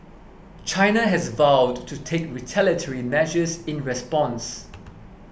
China has vowed to take retaliatory measures in response